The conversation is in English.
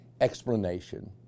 explanation